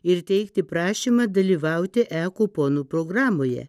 ir teikti prašymą dalyvauti e kuponų programoje